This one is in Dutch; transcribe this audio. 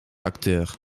acteur